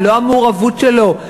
ללא המעורבות שלו,